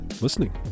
listening